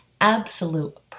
absolute